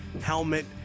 helmet